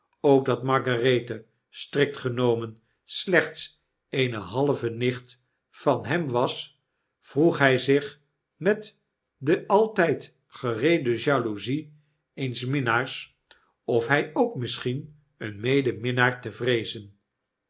ook dat margarethe strikt genomen slechts eene halve nichf van hem was vroeg hij zich met de altgd gereede jaloezie eens minnaars of hij ook misschien een medeminnaar te vreezen